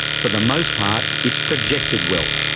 for the most part, it's projected wealth,